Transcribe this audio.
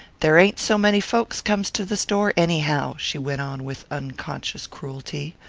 there ain't so many folks comes to the store anyhow, she went on with unconscious cruelty,